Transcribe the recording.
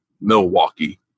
Milwaukee